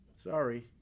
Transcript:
Sorry